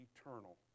eternal